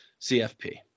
CFP